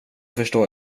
förstår